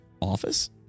office